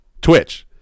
twitch